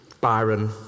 Byron